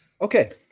okay